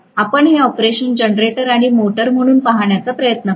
आपण हे operation generator आणि मोटर म्हणून पाहण्याचा प्रयत्न करू